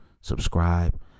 subscribe